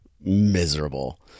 miserable